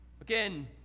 Again